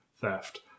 theft